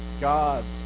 God's